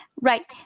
Right